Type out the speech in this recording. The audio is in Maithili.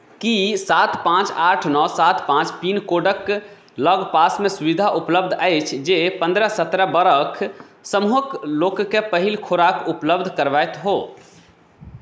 की सात पाँच आठ नओ सात पाँच पिनकोडक लगपासमे सुविधा उपलब्ध अछि जे पन्द्रह सत्रह बरख समूहक लोककेँ पहिल खुराक उपलब्ध करबैत हो